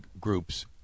groups